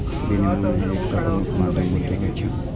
विनिमय के एकटा प्रमुख माध्यम मुद्रा होइ छै